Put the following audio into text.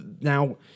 now